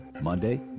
Monday